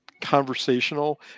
conversational